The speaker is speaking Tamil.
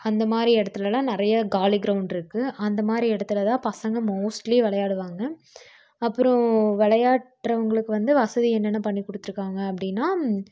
அந்த மாதிரி இடத்துலலாம் நிறைய காலி கிரௌண்டுருக்கு அந்த மாதிரி இடத்துலதான் பசங்கள் மோஸ்ட்லி விளையாடுவாங்க அப்புறம் வெளையாட்றவங்களுக்கு வந்து வசதி என்னென்ன பண்ணி கொடுத்துருக்காங்க அப்படின்னா